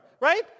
right